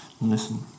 listen